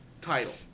title